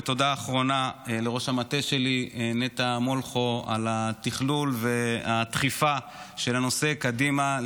תודה אחרונה לראש המטה שלי נטע מולכו על התכלול והדחיפה של הנושא קדימה,